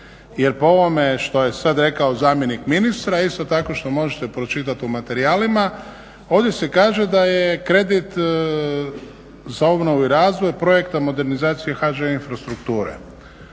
jer po ovome što je sad rekao zamjenik ministra, isto tako što možete pročitat u materijalima, ovdje se kaže da je kredit za obnovu i razvoj Projekta modernizacije HŽ-Infrastrukture.